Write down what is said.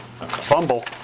fumble